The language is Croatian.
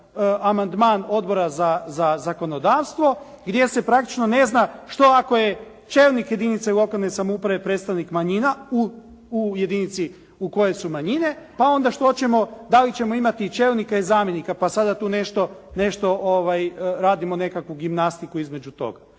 amandman Odbora za zakonodavstvo gdje se praktično ne zna što ako je čelnik jedinice lokalne samouprave predstavnik manjina u jedinici u kojoj su manjine, pa onda što ćemo, da li ćemo imati i čelnika i zamjenika, pa sada tu nešto radimo nekakvu gimnastiku između toga.